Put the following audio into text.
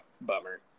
Bummer